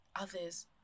others